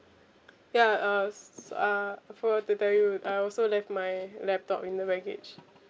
ya uh so uh forget to tell you I also left my laptop in the baggage